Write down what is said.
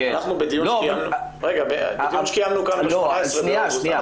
אנחנו בדיון שקיימנו כאן ב-18 באוגוסט,